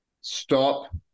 Stop